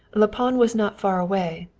la panne was not far away,